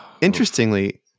interestingly